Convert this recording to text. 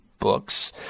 Books